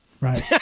Right